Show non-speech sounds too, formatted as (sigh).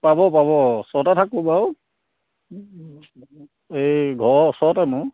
পাব পাব ছটা থাকোঁ বাৰু (unintelligible) এই ঘৰ ওচৰতে মোৰ